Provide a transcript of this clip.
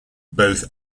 both